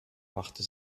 machte